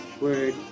word